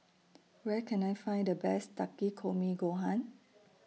Where Can I Find The Best Takikomi Gohan